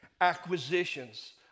acquisitions